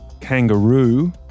kangaroo